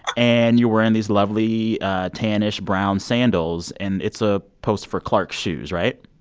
and you're wearing these lovely tannish brown sandals. and it's a post for clarks shoes, right?